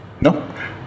No